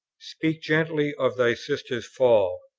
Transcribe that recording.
speak gently of thy sister's fall.